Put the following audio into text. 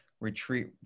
retreat